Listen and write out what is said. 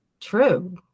true